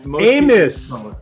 Amos